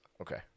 okay